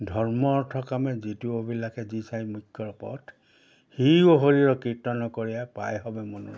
ধৰ্ম অৰ্থকামে যিটো অ'বিলাকে যি চাই মুখ্য পথ সি অহৰি কীৰ্তন কৰা পাইভাৱে মনোৰঞ্জ